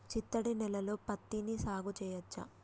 చిత్తడి నేలలో పత్తిని సాగు చేయచ్చా?